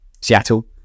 Seattle